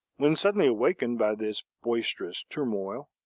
when suddenly awakened by this boisterous turmoil,